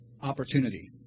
opportunity